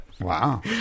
Wow